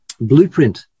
blueprint